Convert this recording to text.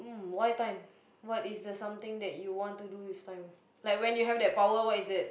why time what is the something that you want to do with time like when you have that power what is that